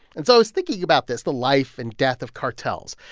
and so i was thinking about this, the life and death of cartels,